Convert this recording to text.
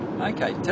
Okay